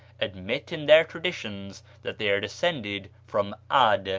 admit in their traditions that they are descended from ad,